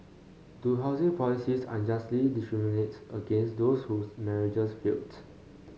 do housing policies unjustly discriminate against those whose marriages failed